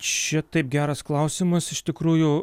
čia taip geras klausimas iš tikrųjų